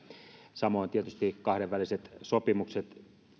samoin tietysti kahdenväliset sopimukset